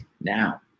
now